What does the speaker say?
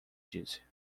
disse